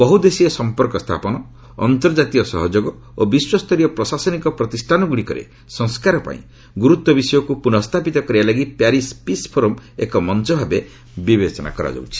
ବହୁ ଦେଶୀୟ ସମ୍ପର୍କ ସ୍ଥାପନ ଅନ୍ତର୍ଜାତୀୟ ସହଯୋଗ ଓ ବିଶ୍ୱସ୍ତରୀୟ ପ୍ରଶାସନିକ ପ୍ରତିଷ୍ଠାନଗୁଡ଼ିକରେ ସଂସ୍କାର ପାଇଁ ଗ୍ରର୍ତ୍ୱ ବିଷୟକ୍ତ ପ୍ରନଃସ୍ଥାପିତ କରିବା ଲାଗି ପ୍ୟାରିସ୍ ପିସ୍ ଫୋରମ୍ ଏକ ମଞ୍ଚ ଭାବେ ବିବେଚନା କରାଯାଉଛି